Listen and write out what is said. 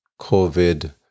COVID